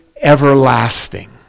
everlasting